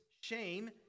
shame